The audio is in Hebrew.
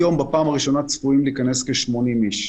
היום לראשונה צפויים להיכנס כ-80 אנשים.